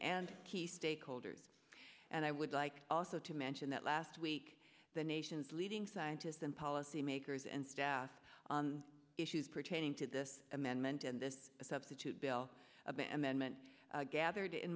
and key stakeholders and i would like also to mention that last week the nation's leading scientists and policy makers and staff on issues pertaining to this amendment and this a substitute bill of and then meant gathered in